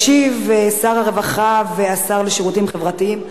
ישיב שר הרווחה והשירותים החברתיים,